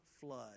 flood